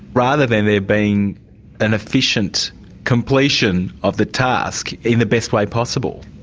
rather than there being an efficient completion of the task in the best way possible.